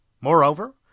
Moreover